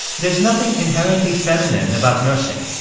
there's nothing inherently feminine about nursing.